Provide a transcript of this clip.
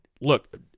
look